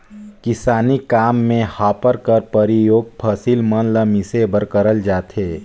किसानी काम मे हापर कर परियोग फसिल मन ल मिसे बर करल जाथे